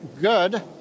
good